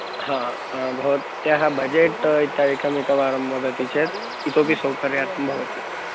हा भवत्याः बजेट् इत्यादिकम् एकवारं वदति चेत् इतोपि सौकर्यार्थं भवति